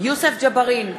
יוסף ג'בארין,